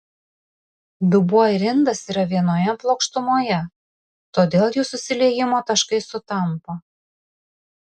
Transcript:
dubuo ir indas yra vienoje plokštumoje todėl jų susiliejimo taškai sutampa